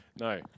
no